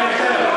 הוא לא קיים יותר?